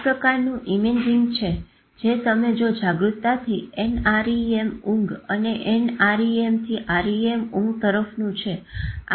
આ પ્રકારનું ઈમાજીંગ છે જે તમે જો જાગૃત્તતાથી NREM ઊંઘ અને NREM થી REM ઊંઘ તરફનું છે